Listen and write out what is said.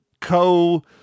co